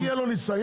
איך יהיה לו ניסיון?